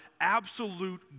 absolute